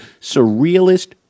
surrealist